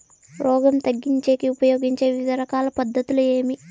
రోగం తగ్గించేకి ఉపయోగించే వివిధ రకాల పద్ధతులు ఏమి?